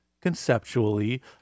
conceptually